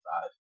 five